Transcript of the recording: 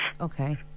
Okay